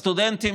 סטודנטים,